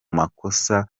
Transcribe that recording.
makosa